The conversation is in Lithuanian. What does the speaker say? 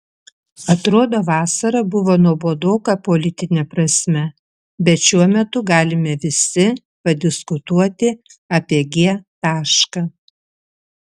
atrodo vasara buvo nuobodoka politine prasme bet šiuo metu galime visi padiskutuoti apie g tašką